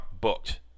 booked